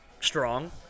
strong